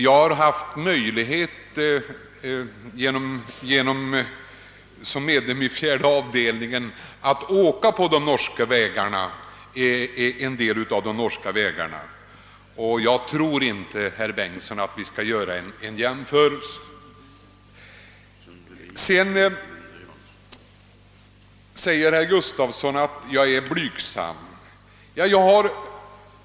Som medlem av utskottets fjärde avdelning har jag haft möjlighet att åka på en del av de norska vägarna, och de tål nog ingen jämförelse med de svenska. Sedan sade herr Gustafsson i Kårby att jag är blygsam.